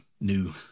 new